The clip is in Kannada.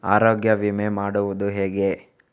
ಆರೋಗ್ಯ ವಿಮೆ ಮಾಡುವುದು ಹೇಗೆ?